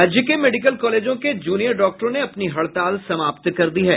राज्य के मेडिकल कॉलेजों के जूनियर डॉक्टरों ने अपनी हड़ताल समाप्त कर दी है